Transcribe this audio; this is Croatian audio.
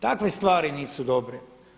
Takve stvari nisu dobre.